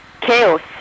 chaos